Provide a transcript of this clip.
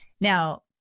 now